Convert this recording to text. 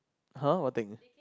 !huh! what thing